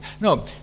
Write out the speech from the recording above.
No